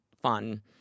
fun